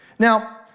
Now